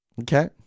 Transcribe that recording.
Okay